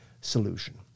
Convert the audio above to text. solution